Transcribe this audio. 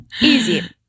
Easy